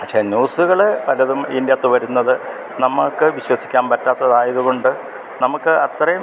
പക്ഷേ ന്യൂസ്കൾ പലതും ഇതിന്റകത്ത് വരുന്നത് നമുക്ക് വിശ്വസിക്കാൻ പറ്റാത്തത് ആയത് കൊണ്ട് നമുക്ക് അത്രേം